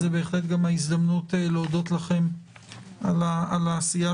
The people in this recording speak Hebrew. זאת בהחלט גם ההזדמנות להודות לכם על העשייה